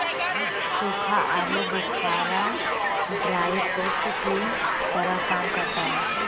सूखा आलू बुखारा ड्राई फ्रूट्स की तरह काम करता है